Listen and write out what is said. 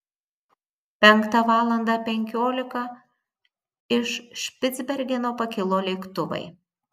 penktą valandą penkiolika iš špicbergeno pakilo lėktuvai